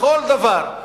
בכל דבר.